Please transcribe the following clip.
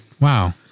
wow